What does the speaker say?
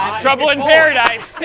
um trouble in paradise.